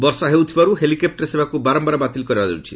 ବର୍ଷା ହେଉଥିବାରୁ ହେଲିକପୂର ସେବାକୁ ବାରମ୍ଭାର ବାତିଲ କରାଯାଉଛି